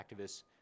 activists